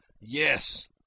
Yes